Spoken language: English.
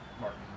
Martin